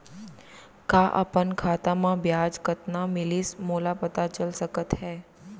का अपन खाता म ब्याज कतना मिलिस मोला पता चल सकता है?